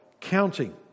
counting